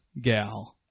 gal